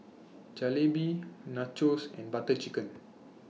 Jalebi Nachos and Butter Chicken